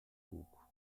bug